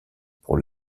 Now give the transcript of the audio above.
pour